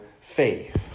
faith